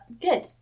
good